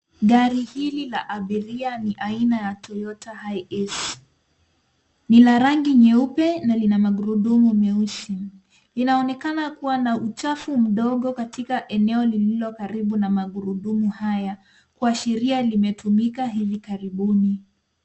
Gari hili la abiria ni aina ya Toyota Hiace . Ni la rangi nyeupe na lina magurudumu meusi. Inaonekana kuwa na uchafu mdogo katika eneo lililo karibu na magurudumu haya. Kuashiria limetumika hivi karibuni.